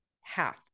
half